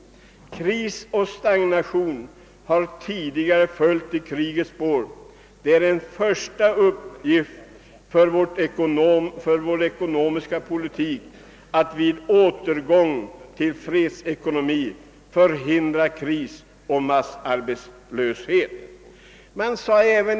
Kris och stagnation har tidigare följt i krigets spår. Den första uppgiften för vår ekonomiska politik är att vid återgång till fredsekonomi förhindra kriser och massarbetslöshet.